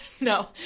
no